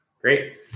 great